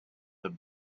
the